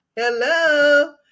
Hello